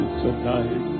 tonight